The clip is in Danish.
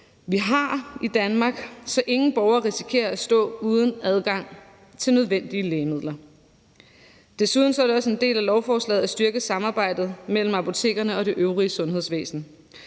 vi har i Danmark, så ingen borgere risikerer at stå uden adgang til nødvendige lægemidler. Desuden er det også en del af lovforslaget at styrke samarbejdet mellem apotekerne og det øvrige sundhedsvæsen,